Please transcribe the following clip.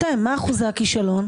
מה אחוזי הכישלון?